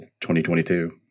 2022